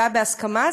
להצבעה בהסכמה.